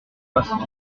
poissons